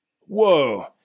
Whoa